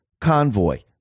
convoy